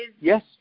Yes